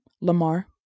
Lamar